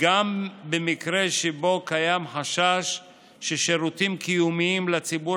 גם במקרה שבו קיים חשש ששירותים קיומיים לציבור